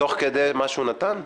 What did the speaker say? תוך כדי מה שהוא נתן?